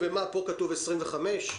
פה כתוב שזה מ-25 בפברואר?